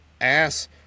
ass